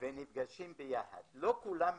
ונפגשים יחד, לא כולם מחוסנים.